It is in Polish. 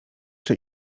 czy